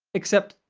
except,